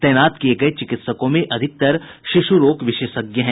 तैनात किये गये चिकित्सकों में अधिकतर शिशु रोग विशेषज्ञ हैं